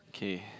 okay